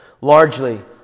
largely